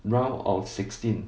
round of sixteen